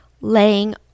laying